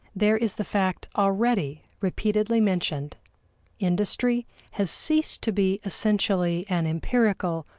there is the fact already repeatedly mentioned industry has ceased to be essentially an empirical,